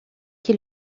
qui